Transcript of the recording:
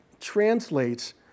translates